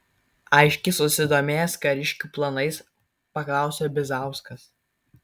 aiškiai susidomėjęs kariškių planais paklausė bizauskas